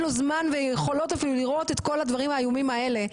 לו זמן ויכולות אפילו לראות את כל הדברים האיומים האלה.